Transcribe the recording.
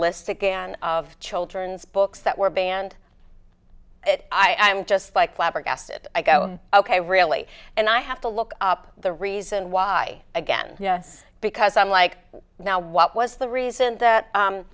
list again of children's books that were banned i i'm just like flabbergasted i go ok really and i have to look up the reason why again yes because i'm like now what was the reason